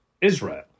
Israel